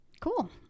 cool